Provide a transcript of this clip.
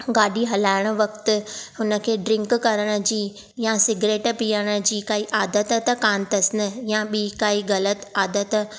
गाडी॒ हलाइणु वक़्तु हुनखे ड्रिंक करणु जी या सिग्रेट पीअणु जी काई आदत त कोन्ह अथसि न या बी॒ काई ग़लति आदतु